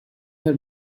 her